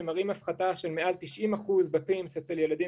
שמראים הפחתה של מעל 90 אחוז ב-PIMS אצל ילדים